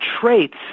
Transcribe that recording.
traits